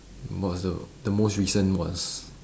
the most though the most recent was